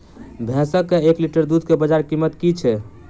भैंसक एक लीटर दुध केँ बजार कीमत की छै?